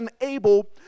unable